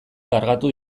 kargatu